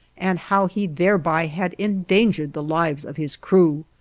and how he thereby had endangered the lives of his crew.